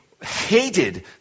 hated